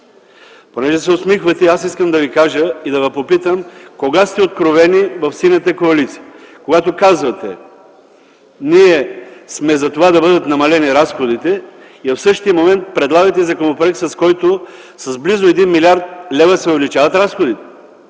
Понеже се усмихвате, искам да Ви кажа и да Ви попитам кога сте откровени в Синята коалиция - когато казвате: ние сме за това да бъдат намалени разходите и в същия момент предлагате законопроект, с който с близо 1 млрд. лв. се увеличават разходите?